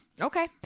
Okay